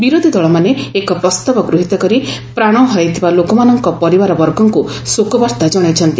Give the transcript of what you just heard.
ବିରୋଧୀ ଦଳମାନେ ଏକ ପ୍ରସ୍ତାବ ଗୃହିତ କରି ପ୍ରାଣ ହରାଇଥିବା ଲୋକମାନଙ୍କ ପରିବାରବର୍ଗଙ୍କୁ ଶୋକବାର୍ତ୍ତା ଜଣାଇଛନ୍ତି